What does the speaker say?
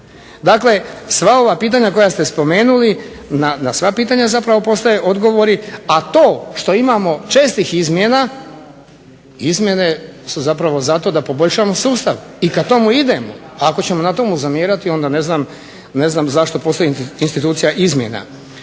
Dakle, sva ova pitanja koja ste spomenuli na sva pitanja zapravo postoje odgovor, a to što imamo čestih izmjena, izmjene su zato da poboljšamo sustav. I kada tomu idemo, ako ćemo tome zamjerati onda ne znam zašto postoji institucija izmjena.